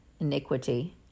iniquity